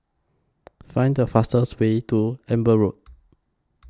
Find The fastest Way to Amber Road